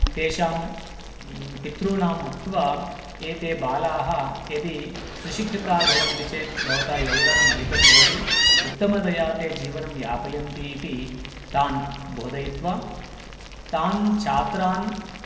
तेषां पितॄणाम् उक्त्वा एते बालाः यदि सुशिक्षिताः भवन्ति चेत् भवता योगदानम् अधिकं भवति उत्तमतया ते जीवनं यापयन्ति इति तान् बोधयित्वा तान् छात्रान्